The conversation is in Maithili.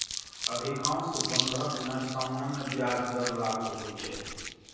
अधिकांश बंधक मे सामान्य ब्याज दर लागू होइ छै